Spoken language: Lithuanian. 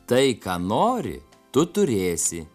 tai ką nori tu turėsi